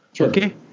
Okay